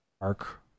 arc